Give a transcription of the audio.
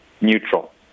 neutral